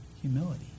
Humility